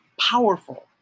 powerful